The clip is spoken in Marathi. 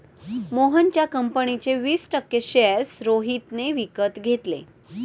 मोहनच्या कंपनीचे वीस टक्के शेअर्स रोहितने विकत घेतले